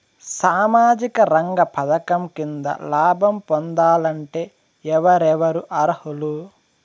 సామాజిక రంగ పథకం కింద లాభం పొందాలంటే ఎవరెవరు అర్హులు?